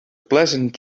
pleasant